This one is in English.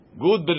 Good